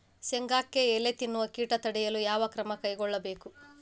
ಶೇಂಗಾಕ್ಕೆ ಎಲೆ ತಿನ್ನುವ ಕೇಟ ತಡೆಯಲು ಯಾವ ಕ್ರಮ ಕೈಗೊಳ್ಳಬೇಕು?